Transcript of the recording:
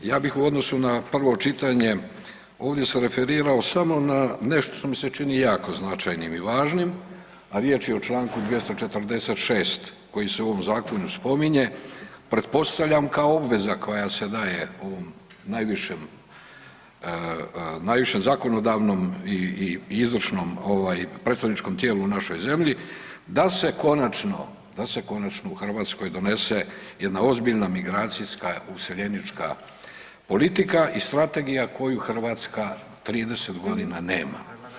Ja bih u odnosu na prvo čitanje ovdje se referirao samo na nešto što mi se čini jako značajnim i važnim a riječ je o čl. 246 koji se u ovom zakonu spominje, pretpostavljam kao obveza koja se daje ovom najvišem zakonodavno i izvršnom predstavničkom tijelu u našoj zemlji, da se konačno u Hrvatskoj donese jedna ozbiljna migracijska useljenička politika i strategija koju Hrvatska 30 g. nema.